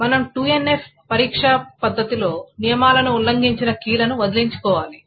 మనం 2NF పరీక్షా పద్ధతిలో నియమాలను ఉల్లంఘించిన కీలను వదిలించుకోవాలి